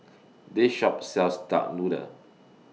This Shop sells Duck Noodle